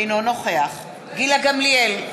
אינו נוכח גילה גמליאל,